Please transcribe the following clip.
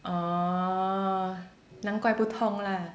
orh 难怪不痛 lah